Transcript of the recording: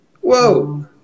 whoa